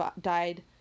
died